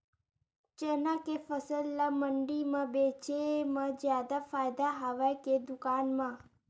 चना के फसल ल मंडी म बेचे म जादा फ़ायदा हवय के दुकान म?